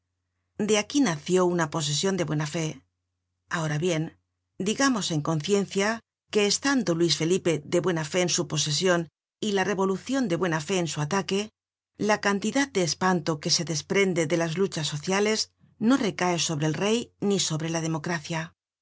de aquí nació una posesion de buena fe ahora bien digamos en conciencia que estando luis felipe de buena fe en su posesion y la revolucion de buena fe en su ataque la cantidad de espanto que se desprende de las luchas sociales no recae sobre el rey ni sobre la democracia